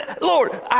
Lord